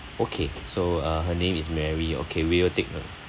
okay so uh her name is mary okay we will take note